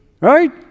Right